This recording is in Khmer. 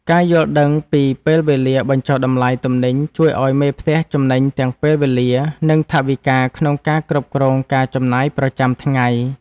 ការយល់ដឹងពីពេលវេលាបញ្ចុះតម្លៃទំនិញជួយឱ្យមេផ្ទះចំណេញទាំងពេលវេលា និងថវិកាក្នុងការគ្រប់គ្រងការចំណាយប្រចាំថ្ងៃ។